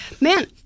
man